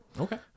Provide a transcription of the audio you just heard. Okay